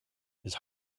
his